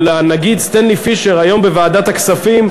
הנגיד סטנלי פישר היום בוועדת הכספים,